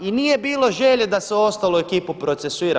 I nije bilo želje da se ostalu ekipu procesuira.